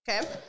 okay